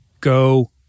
Go